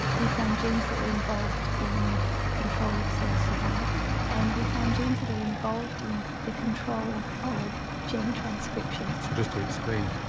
we found genes that were involved in control of cell survival and we found genes that are involved in the control of gene transcription. just to explain,